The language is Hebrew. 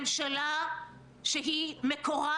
הקטנים ובמשקי הבית -- יש לך עוד שתי דקות.